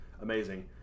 amazing